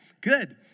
good